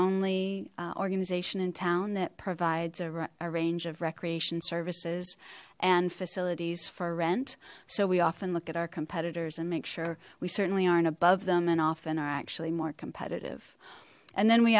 only organization in town that provides a range of recreation services and facilities for rent so we often look at our competitors and make sure we certainly aren't above them and often are actually more competitive and then we